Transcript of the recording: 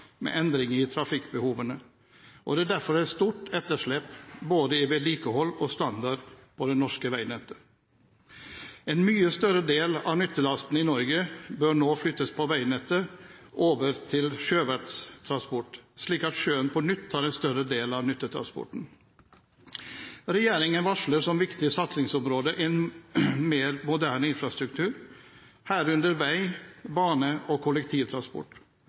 med endringer i trafikkbehovene, og det er derfor et stort etterslep både i vedlikehold og standard på det norske veinettet. En mye større del av nyttelasten i Norge bør nå flyttes fra veinettet over til sjøverts transport, slik at sjøen på nytt tar en større del av nyttetransporten. Regjeringen varsler som viktig satsingsområde en mer moderne infrastruktur, herunder vei, bane og kollektivtransport.